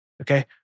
okay